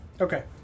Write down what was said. Okay